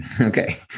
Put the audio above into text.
Okay